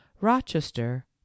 Rochester